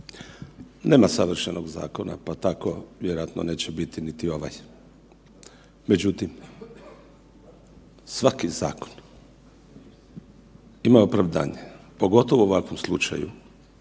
Nema savršenog zakona, pa tako neće vjerojatno neće biti niti ovaj. Međutim, svaki zakon ima opravdanje, pogotovo u ovakvom slučaju.